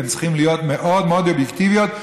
מאוד מאוד אובייקטיביות,